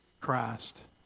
Christ